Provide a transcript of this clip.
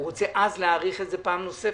הוא רוצה אז להאריך את זה פעם נוספת.